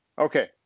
Okay